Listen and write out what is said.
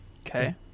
Okay